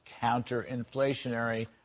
counterinflationary